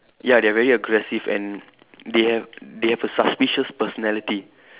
ya they are very aggressive and they have they have a suspicious personality